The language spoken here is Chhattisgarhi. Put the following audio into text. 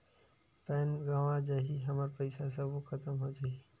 पैन गंवा जाही हमर पईसा सबो खतम हो जाही?